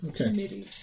Okay